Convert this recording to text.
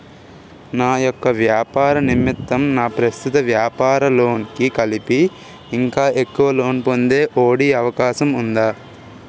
నా యెక్క వ్యాపార నిమిత్తం నా ప్రస్తుత వ్యాపార లోన్ కి కలిపి ఇంకా ఎక్కువ లోన్ పొందే ఒ.డి అవకాశం ఉందా?